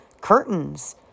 Curtains